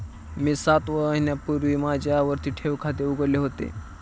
मी सात महिन्यांपूर्वी माझे आवर्ती ठेव खाते उघडले होते